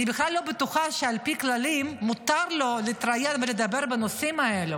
אני בכלל לא בטוחה שעל פי הכללים מותר לו להתראיין ולדבר בנושאים האלה.